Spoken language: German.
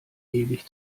ewig